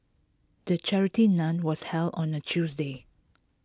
the charity nun was held on A Tuesday